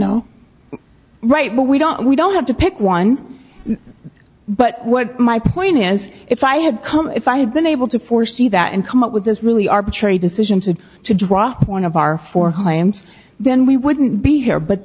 know right but we don't we don't have to pick one but what my point is if i had come if i had been able to foresee that and come up with this really arbitrary decision to to drop one of our four hyams then we wouldn't be here but